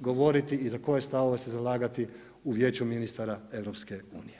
govoriti i za koje stavove se zalagati u Vijeću ministara EU.